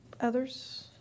others